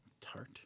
Tart